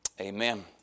Amen